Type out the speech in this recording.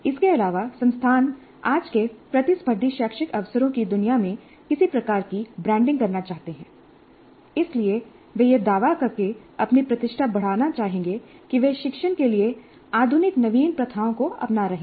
इसके अलावा संस्थान आज के प्रतिस्पर्धी शैक्षिक अवसरों की दुनिया में किसी प्रकार की ब्रांडिंग करना चाहते हैं इसलिए वे यह दावा करके अपनी प्रतिष्ठा बढ़ाना चाहेंगे कि वे शिक्षण के लिए आधुनिक नवीन प्रथाओं को अपना रहे हैं